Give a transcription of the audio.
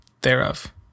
thereof